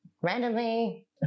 randomly